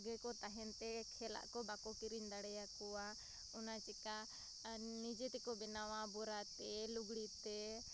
ᱜᱮᱠᱚ ᱛᱟᱦᱮᱱᱛᱮ ᱠᱷᱮᱞᱟᱜᱠᱚ ᱵᱟᱠᱚ ᱠᱤᱨᱤᱧ ᱫᱟᱲᱮᱭᱟᱠᱚᱣᱟ ᱚᱱᱟ ᱪᱤᱠᱟᱹ ᱱᱤᱡᱮᱛᱮᱠᱚ ᱵᱮᱱᱟᱣᱟ ᱵᱚᱨᱟᱛᱮ ᱞᱩᱜᱽᱲᱤᱛᱮ